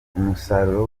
umusaruro